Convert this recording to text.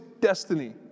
destiny